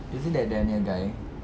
isn't that daniel guy ya